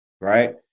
Right